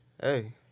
Hey